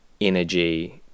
energy